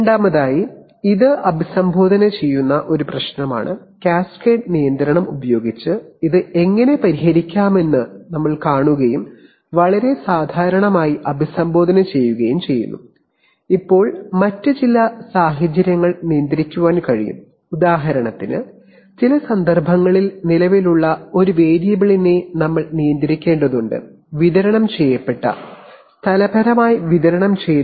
രണ്ടാമതായി ഇത് അഭിസംബോധന ചെയ്യുന്ന ഒരു പ്രശ്നമാണ് കാസ്കേഡ് നിയന്ത്രണം ഉപയോഗിച്ച് ഇത് എങ്ങനെ പരിഹരിക്കാമെന്ന് കാണുകയും വളരെ സാധാരണമായി അഭിസംബോധന ചെയ്യുകയും ചെയ്യുന്നു ഇപ്പോൾ മറ്റ് ചില സാഹചര്യങ്ങൾ കൺട്രോളർ ന് നിയന്ത്രിക്കാൻ കഴിയും ഉദാഹരണത്തിന് ചില സന്ദർഭങ്ങളിൽസ്ഥലപരമായി വിതരണം ചെയ്ത ഒരു പ്രദേശത്ത് നിലവിലുള്ള ഒരു വേരിയബിളിനെ നിയന്ത്രിക്കേണ്ടതുണ്ട് എന്ന് കരുതുക